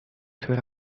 suoi